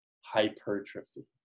hypertrophy